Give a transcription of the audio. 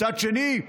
מצד שני,